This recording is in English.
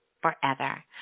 forever